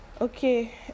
okay